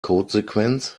codesequenz